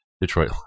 Detroit